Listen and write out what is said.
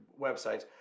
websites